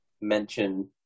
mention